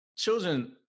Children